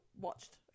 watched